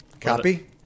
Copy